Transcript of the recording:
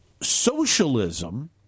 Socialism